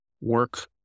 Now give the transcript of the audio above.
work